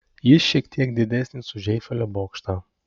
jis šiek tiek didesnis už eifelio bokštą